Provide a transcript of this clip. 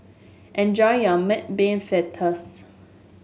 enjoy your Mung Bean Fritters